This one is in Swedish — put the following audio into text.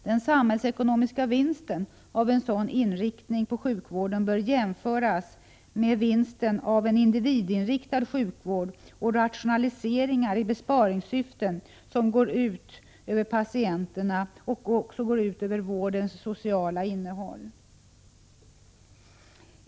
Den samhällsekonomiska vinsten av en sådan inriktning av sjukvården bör jämföras med vinsten av en individinriktad sjukvård och rationalise 73 ringar i besparingssyfte, som går ut över patienterna och vårdens sociala innehåll.